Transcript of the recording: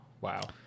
wow